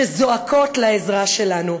שזועקות לעזרה שלנו.